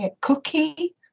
Cookie